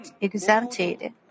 exempted